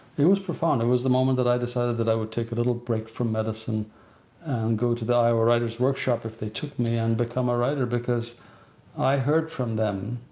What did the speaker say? it was profound. it was the moment that i decided that i would take a little break from medicine and go the iowa writers' workshop if they took me and become a writer because i heard from them,